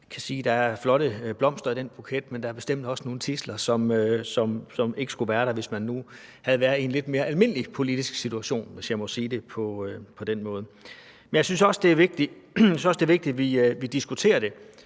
der er flotte blomster i den buket, men der er bestemt også nogle tidsler, som ikke skulle være der, hvis man nu havde været i en lidt mere almindelig politisk situation, hvis jeg må sige det på den måde. Jeg synes også, det er vigtigt, at vi diskuterer det.